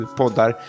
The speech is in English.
poddar